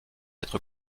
être